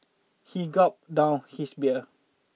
he gulped down his beer